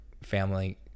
family